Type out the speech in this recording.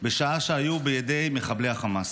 בשעה שהיו בידי מחבלי החמאס.